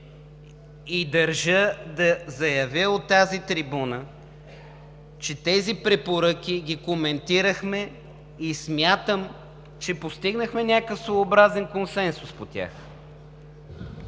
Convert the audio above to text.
Държа да заявя от тази трибуна, че тези препоръки ги коментирахме и смятам, че постигнахме някакъв своеобразен консенсус по тях.